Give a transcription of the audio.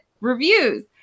reviews